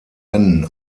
rennen